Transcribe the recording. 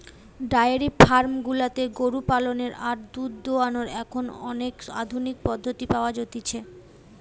diary farm গুলাতে গরু পালনের আর দুধ দোহানোর এখন অনেক আধুনিক পদ্ধতি পাওয়া যতিছে